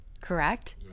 correct